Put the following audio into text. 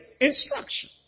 instruction